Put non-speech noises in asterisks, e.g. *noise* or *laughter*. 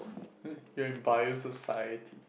*noise* you're in bio society